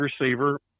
receiver